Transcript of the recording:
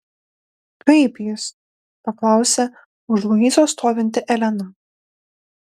kaip jis paklausė už luizos stovinti elena